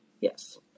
yes